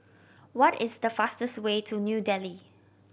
what is the fastest way to New Delhi